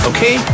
Okay